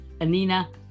Anina